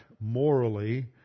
morally